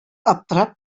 аптырап